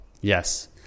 Yes